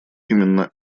именно